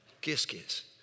Kiss-kiss